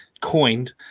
coined